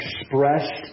expressed